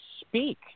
speak